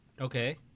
Okay